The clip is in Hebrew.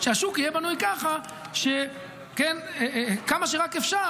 שהשוק יהיה בנוי ככה שכמה שרק אפשר